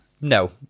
No